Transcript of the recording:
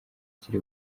kiri